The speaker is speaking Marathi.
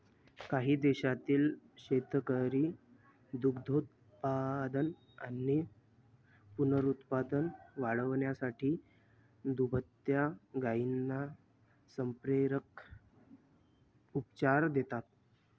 काही देशांतील शेतकरी दुग्धोत्पादन आणि पुनरुत्पादन वाढवण्यासाठी दुभत्या गायींना संप्रेरक उपचार देतात